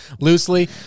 loosely